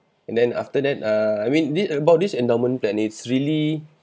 and then after that uh I mean did about this endowment plan it's really